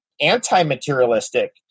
anti-materialistic